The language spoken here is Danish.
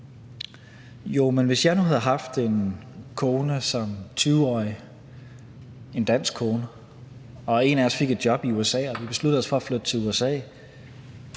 Jo, men hvis jeg nu som 20-årig havde haft en dansk kone og en af os fik et job i USA og vi besluttede os for at flytte til USA,